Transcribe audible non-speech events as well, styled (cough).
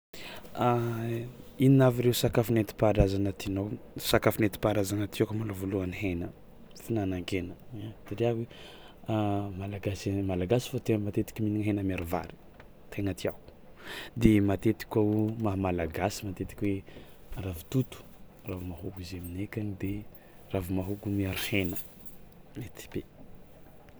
(hesitation) Inona avy ireo sakafo nentim-paharazana tianao? Sakafo nentim-paharazagna tiàko malôha voalôhany hena fihinanan-kena satria (hesitation) malagasy a malagasy fao tia matetiky mihinagna hena miaro vary, tegna tiàko de matetiky koa o maha-malagasy matetiky hoe ravitoto ravi-mahôgo izy aminay akagny de ravi-mahôgo miaro (noise) hena, mety be.